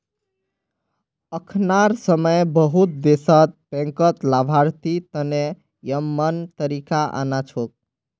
अखनार समय बहुत देशत बैंकत लाभार्थी तने यममन तरीका आना छोक